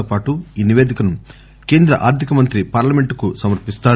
తో పాటు ఈ నిపేదికను కేంద్ర ఆర్దిక మంత్రి పార్డమెంట్ కు సమర్చిస్తారు